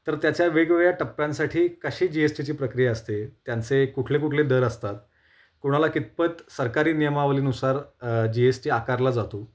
तर त्याच्या वेगवेगळ्या टप्प्यांसाठी कशी जी एस टीची प्रक्रिया असते त्यांचे कुठले कुठले दर असतात कुणाला कितपत सरकारी नियमावलीनुसार जी एस टी आकारला जातो